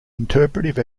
interpretive